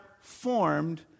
formed